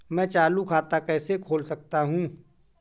मैं चालू खाता कैसे खोल सकता हूँ?